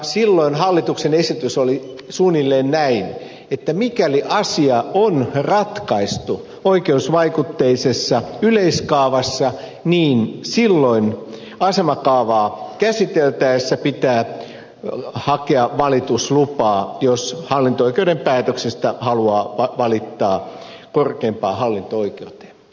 silloin hallituksen esitys oli suunnilleen näin että mikäli asia on ratkaistu oikeusvaikutteisessa yleiskaavassa niin silloin asemakaavaa käsiteltäessä pitää hakea valituslupaa jos hallinto oikeuden päätöksestä haluaa valittaa korkeimpaan hallinto oikeuteen